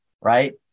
right